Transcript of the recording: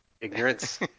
ignorance